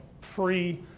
free